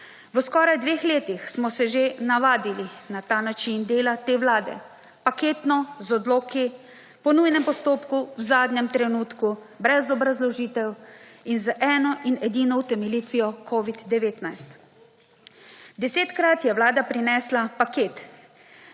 V skoraj dveh letih smo se že navadili na ta način dela te vlade – paketno, z odloki, po nujnem postopku, v zadnjem trenutku, brez obrazložitev in z eno in edino utemeljitvijo COVID-19. Desetkrat je vlada prinesla paket,